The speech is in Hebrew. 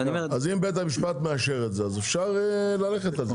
אז אם בית המשפט מאשר את זה, אז אפשר ללכת על זה.